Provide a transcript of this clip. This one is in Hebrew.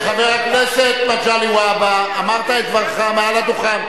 חבר הכנסת מגלי והבה, אמרת את דברך מעל הדוכן.